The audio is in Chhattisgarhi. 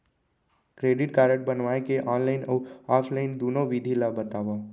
क्रेडिट कारड बनवाए के ऑनलाइन अऊ ऑफलाइन दुनो विधि ला बतावव?